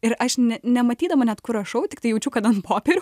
ir aš ne nematydama net kur rašau tiktai jaučiu kad ant popierio